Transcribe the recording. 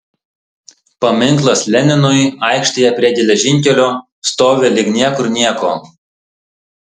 paminklas leninui aikštėje prie geležinkelio stovi lyg niekur nieko